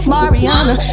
Mariana